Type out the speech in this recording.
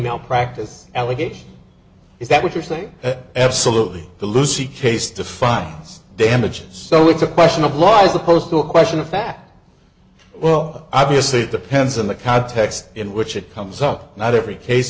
malpractise allegation is that what you're saying absolutely the lucy case to files damages so it's a question of law as opposed to a question of fact well obviously it depends on the context in which it comes up not every case